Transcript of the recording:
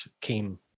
came